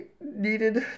needed